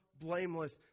blameless